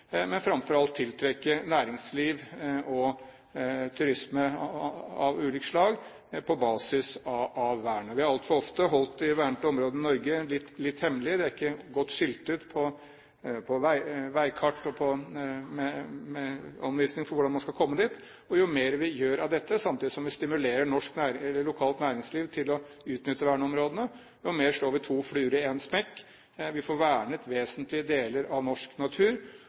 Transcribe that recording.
men framfor alt for å tiltrekke næringsliv og turisme av ulikt slag, på basis av vernet. Vi har altfor ofte holdt de vernede områdene i Norge litt hemmelig. De er ikke godt skiltet på veikart, med anvisning om hvordan man skal komme dit. Ved at vi gjør mer av dette, samtidig som vi stimulerer lokalt næringsliv til å utnytte verneområdene, slår vi to fluer i én smekk. Vi får vernet vesentlige deler av norsk natur,